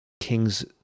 king's